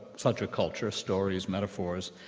such a culture, a story as metaphors,